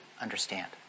understand